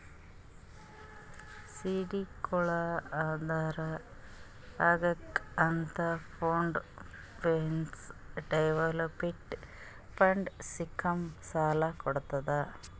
ಸಿಟಿಗೋಳ ಉದ್ಧಾರ್ ಆಗ್ಬೇಕ್ ಅಂತ pooled finance development fund scheme ಸಾಲ ಕೊಡ್ತುದ್